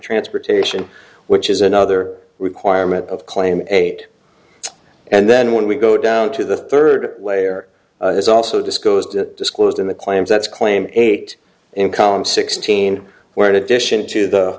transportation which is another requirement of claim eight and then when we go down to the third layer there's also disclosed disclosed in the claims that's claimed eight in column sixteen where in addition to the